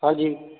ਹਾਂਜੀ